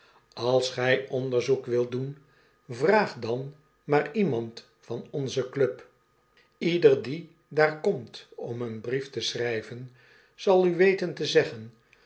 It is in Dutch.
als gij onderzoek wilt doen yraag dan maar iemand van onze club ieder die daar komt om een brief te schrijven zal u weten te zeggen